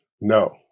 no